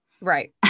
Right